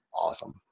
awesome